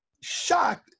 shocked